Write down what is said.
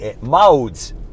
modes